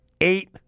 eight